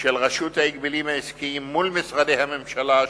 של רשות ההגבלים העסקיים מול משרדי הממשלה השונים,